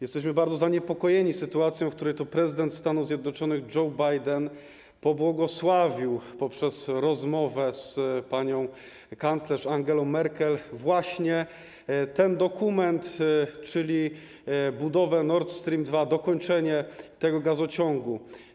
Jesteśmy bardzo zaniepokojeni sytuacją, w której prezydent Stanów Zjednoczonych Joe Biden pobłogosławił poprzez rozmowę z panią kanclerz Angelą Merkel właśnie ten dokument, czyli budowę Nord Stream 2, dokończenie tego gazociągu.